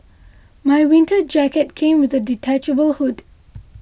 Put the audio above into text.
my winter jacket came with a detachable hood